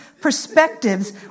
perspectives